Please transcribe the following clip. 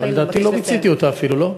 לדעתי לא מיציתי אותה אפילו, לא?